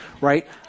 right